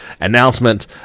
announcement